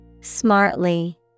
Smartly